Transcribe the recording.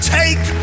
take